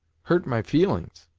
hurt my feelin's?